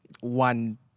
one